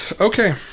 Okay